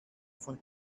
von